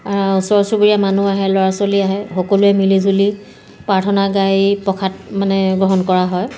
ওচৰ চুবুৰীয়া মানুহ আহে ল'ৰা ছোৱালী আহে সকলোৱে মিলিজুলি প্ৰাৰ্থনা গাই এই প্ৰসাদ মানে গ্ৰহণ কৰা হয়